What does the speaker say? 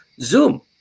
Zoom